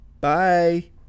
Bye